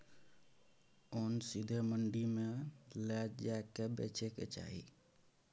ओन सीधे मंडी मे लए जाए कय बेचे के चाही